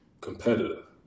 competitive